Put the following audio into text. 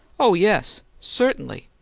oh, yes! certainly!